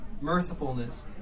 Mercifulness